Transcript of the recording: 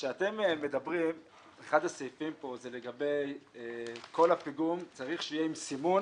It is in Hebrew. אחד הסעיפים פה זה לגבי כך שכל הפיגום צריך שיהיה עם סימון